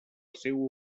seua